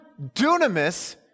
dunamis